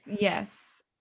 yes